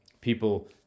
People